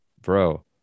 Bro